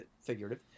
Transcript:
figurative